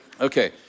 Okay